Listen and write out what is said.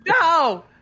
No